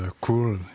cool